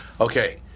Okay